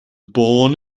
born